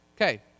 okay